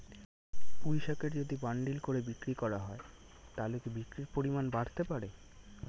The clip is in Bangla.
পুঁইশাকের যদি বান্ডিল করে বিক্রি করা হয় তাহলে কি বিক্রির পরিমাণ বাড়তে পারে?